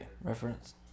reference